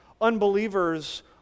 unbelievers